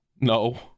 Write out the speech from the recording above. No